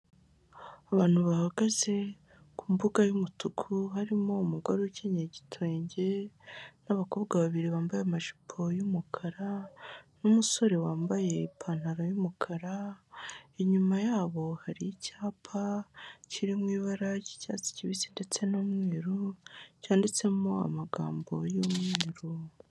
Abantu bahagaze ku mbuga y'umutuku, harimo umugore ukenyeye igitenge, n'abakobwa babiri bambaye amajipo y'umukara, n'umusore wambaye ipantaro y'umukara, inyuma yabo hari icyapa kiri mu ibara ry'icyatsi kibisi ndetse n'umweru cyanditsemo amagambo y'umweru.